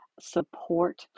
support